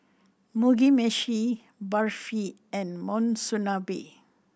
Mugi Meshi Barfi and Monsunabe